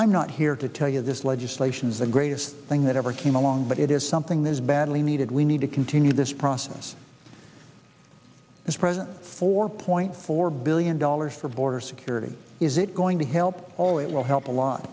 i'm not here to tell you this legislation is the greatest thing that ever came along but it is something that is badly needed we need to continue this process as president four point four billion dollars for border security is it going to help all it will help a lot